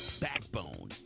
Backbone